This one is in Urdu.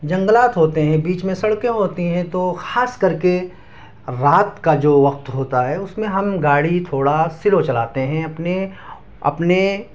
جنگلات ہوتے ہیں بیچ میں سڑکیں ہوتی ہیں تو خاص کر کے رات کا جو وقت ہوتا ہے اس میں ہم گاڑی تھوڑا سلو چلاتے ہیں اپنے اپنے